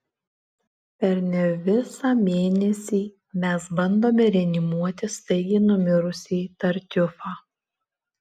per ne visą mėnesį mes bandome reanimuoti staigiai numirusį tartiufą